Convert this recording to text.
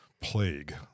plague